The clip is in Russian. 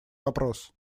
вопрос